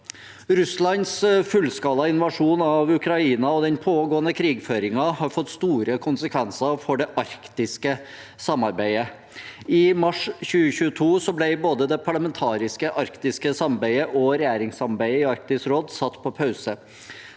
Russlands fullskala invasjon av Ukraina og den pågående krigføringen har fått store konsekvenser for det arktiske samarbeidet. I mars 2022 ble både det arktisk parlamentariske samarbeidet og regjeringssamarbeidet i Arktisk råd satt på pause.